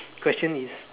question is